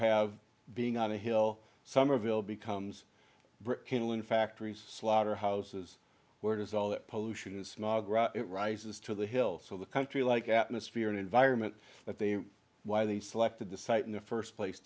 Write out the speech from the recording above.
have being on a hill somerville becomes a factory slaughterhouses where does all that pollution is smog it rises to the hill so the country like atmosphere and environment that they why they selected the site in the first place